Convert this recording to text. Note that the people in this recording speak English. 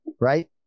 right